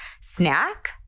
snack